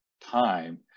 time